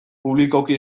publikoki